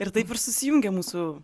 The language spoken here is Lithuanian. ir taip ir susijungia mūsų